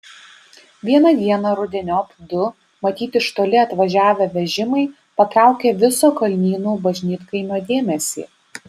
vieną dieną rudeniop du matyt iš toli atvažiavę vežimai patraukė viso kalnynų bažnytkaimio dėmesį